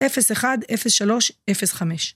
אפס אחד, אפס שלוש, אפס חמש.